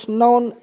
known